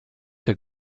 der